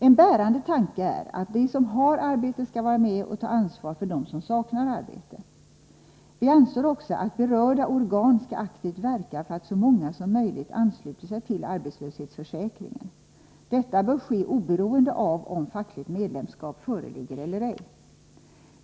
En bärande tanke är att de som har arbete skall vara med och ta ansvar för dem som saknar arbete. Vi anser också att berörda organ skall aktivt verka för att så många som möjligt ansluter sig till arbetslöshetsförsäkringen. Detta bör ske oberoende av om fackligt medlemskap föreligger eller ej.